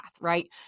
right